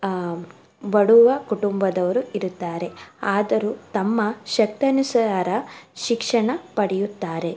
ಬಡವ ಕುಟುಂಬದವರು ಇರುತ್ತಾರೆ ಆದರೂ ತಮ್ಮ ಶಕ್ತ್ಯಾನುಸಾರ ಶಿಕ್ಷಣ ಪಡೆಯುತ್ತಾರೆ